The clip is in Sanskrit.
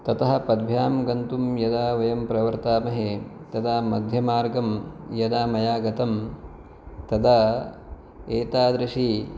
ततः पद्भ्यां गन्तुं यदा वयं प्रवर्तामहे तदा मध्यमार्गं यदा मया गतं तदा एतादृशी